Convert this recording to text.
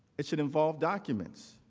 it should involve documents.